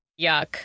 Yuck